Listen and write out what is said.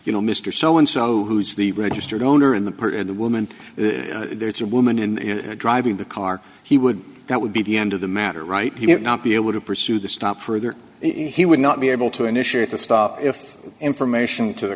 you know mr so and so who's the registered owner in the part of the woman there is a woman in driving the car he would that would be the end of the matter right he would not be able to pursue the stop further he would not be able to initiate the stop if information to the